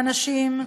הנשים,